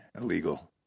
illegal